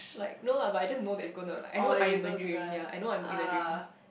like no lah but I just know that it's gonna like I know I'm in a dream ya I know I'm in a dream